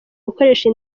gukoresha